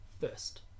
first